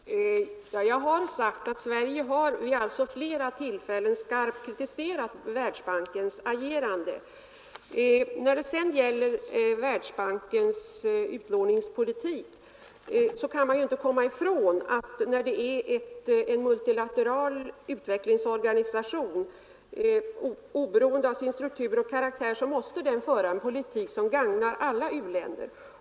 Herr talman! Jag har sagt att Sverige vid flera tillfällen skarpt kritiserat Världsbankens agerande. När det gäller Världsbankens utlåningspolitik vill jag säga att man inte kan komma ifrån att en multilateral utvecklingsorganisation oberoende av sin struktur och karaktär måste föra en politik som gagnar alla u-länder.